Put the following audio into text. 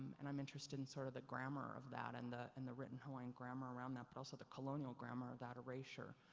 and i'm interested in sort of the grammar of that and the, and the written hawaiian grammar around that but also the colonial grammar of that erasure.